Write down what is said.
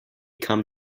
come